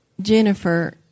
Jennifer